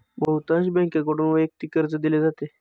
बहुतांश बँकांकडून वैयक्तिक कर्ज दिले जाते